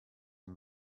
and